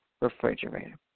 refrigerator